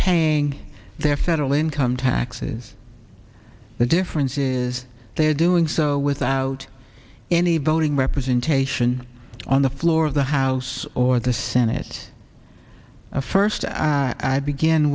paying their federal income taxes the difference is they are doing so without any voting representation on the floor of the house or the senate first i beg